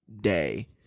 day